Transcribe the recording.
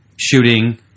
Shooting